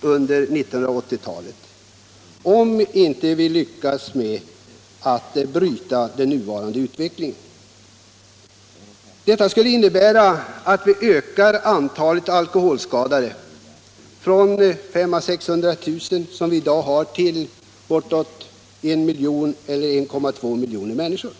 under 1980-talet, om vi inte lyckas bryta den nuvarande utvecklingen. Detta skulle innebära att antalet alkoholskadade ökar från 500 000 å 600 000, som vi har i dag, till bortåt 1 200 000 människor.